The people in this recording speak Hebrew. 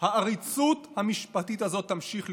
לך על המאמץ שעשית בשבוע שעבר,